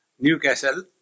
Newcastle